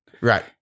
right